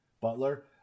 Butler